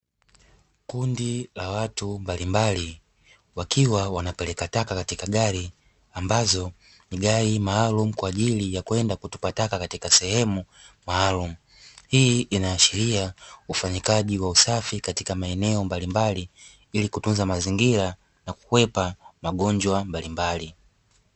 Kundi la watu mbalimbali wakiwa wanapeleka taka katika gari ambazo ni gari maalumu kwa ajili ya kwenda kutupa taka katika sehemu maalumu. Hii inaashiria ufanyikaji wa usafi katika maeneo mbalimbali ili kutunza mazingira na kukwepa magonjwa mbalimbali.